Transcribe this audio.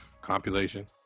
compilation